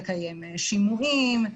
לקיים שימועים,